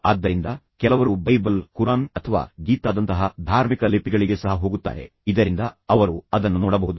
ಆದ್ದರಿಂದ ಕೆಲವರು ಬೈಬಲ್ ಕುರಾನ್ ಅಥವಾ ಗೀತಾದಂತಹ ಧಾರ್ಮಿಕ ಲಿಪಿಗಳಿಗೆ ಸಹ ಹೋಗುತ್ತಾರೆ ಇದರಿಂದ ಅವರು ಅದನ್ನು ನೋಡಬಹುದು